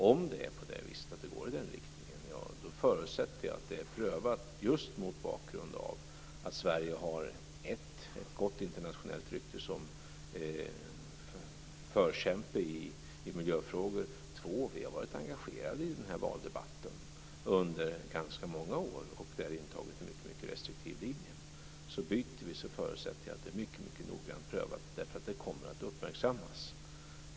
Om det går i den riktningen, förutsätter jag att det är prövat just mot bakgrund av att Sverige för det första har ett gott internationellt rykte som förkämpe i miljöfrågor. För det andra har vi varit engagerade i valdebatten under ganska många år och där intagit en mycket restriktiv linje. Byter vi linje, förutsätter jag att det är mycket, mycket noggrant prövat, därför att det kommer att uppmärksammas.